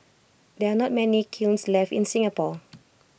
there are not many kilns left in Singapore